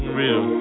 real